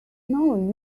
know